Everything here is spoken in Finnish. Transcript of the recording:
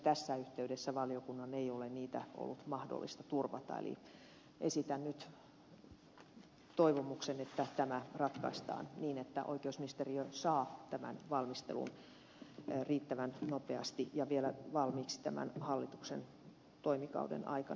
tässä yhteydessä valiokunnan ei ole niitä ollut mahdollista turvata eli esitän nyt toivomuksen että tämä ratkaistaan niin että oikeusministeriö saa tämän valmisteluun riittävän nopeasti ja vielä valmiiksi tämän hallituksen toimikauden aikana